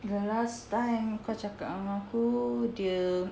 the last time kau cakap dengan aku dia